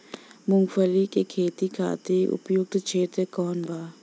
मूँगफली के खेती खातिर उपयुक्त क्षेत्र कौन वा?